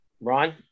Ron